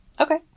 Okay